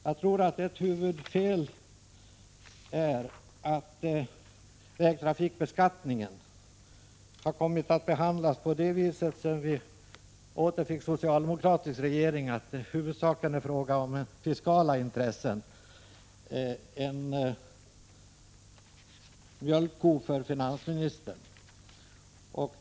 Jag tror att ett huvudfel är att vägtrafikbeskattningen har kommit att behandlas på det viset sedan vi återfick socialdemokratisk regering att det huvudsakligen är fråga om fiskala intressen, en mjölkko för finansministern.